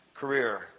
Career